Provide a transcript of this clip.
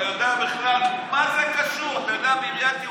אתה יודע, בעיריית ירושלים,